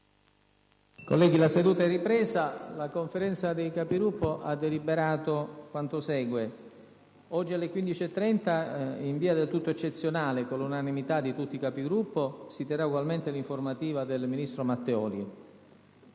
Colleghi, la seduta è ripresa. La Conferenza dei Capigruppo ha deliberato quanto segue: oggi, alle ore 15,30, in via del tutto eccezionale, con l'unanimità di tutti i Capigruppo, si terrà ugualmente l'informativa del ministro Matteoli;